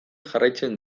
jarraitzen